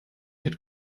had